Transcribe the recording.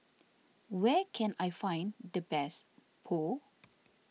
where can I find the best Pho